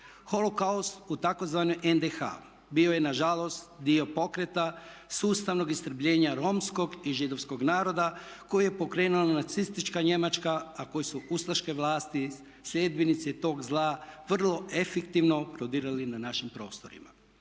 Holokaust u tzv. NDH bio je nažalost dio pokreta, sustavnog istrebljenja romskog i židovskog naroda koji je pokrenula nacistička Njemačka a koje su ustaške vlasti sljedbenici tog zla vrlo efektivno prodirali na našim prostorima.